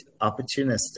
opportunistic